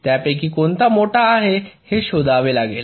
त्यापैकी कोणता मोठा आहे हे शोधावे लागेल